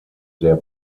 der